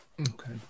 okay